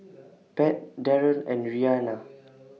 Pat Darrel and Rhianna